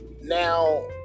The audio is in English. Now